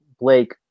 Blake